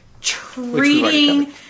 treating